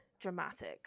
dramatic